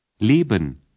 Leben